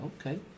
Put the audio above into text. Okay